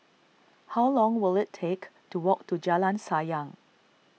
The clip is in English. how long will it take to walk to Jalan Sayang